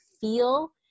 feel